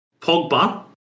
Pogba